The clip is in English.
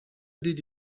did